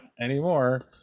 anymore